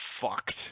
fucked